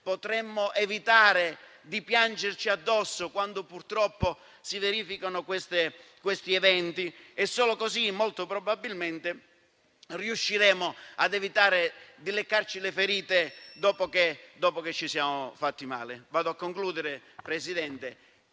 potremmo evitare di piangerci addosso, quando purtroppo si verificheranno certi eventi e solo così molto probabilmente riusciremo a evitare di leccarci le ferite dopo che ci siamo fatti male.